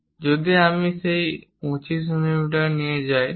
যদি আমি সেই 25 মিমি নিয়ে যাচ্ছি